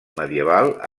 medieval